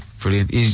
Brilliant